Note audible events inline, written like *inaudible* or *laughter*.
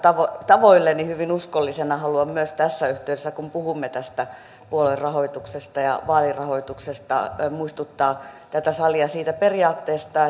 tavoilleni hyvin uskollisena haluan myös tässä yhteydessä kun puhumme tästä puoluerahoituksesta ja vaalirahoituksesta muistuttaa tätä salia siitä periaatteesta *unintelligible*